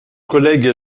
collègue